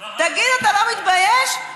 תגיד, אתה לא מתבייש?